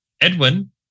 Edwin